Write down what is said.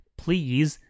please